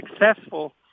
successful